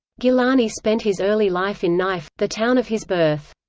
gilani spent his early life in na'if, the town of his birth.